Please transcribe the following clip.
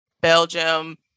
Belgium